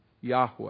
Yahweh